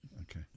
Okay